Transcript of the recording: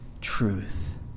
truth